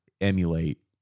emulate